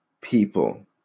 people